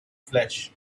flesh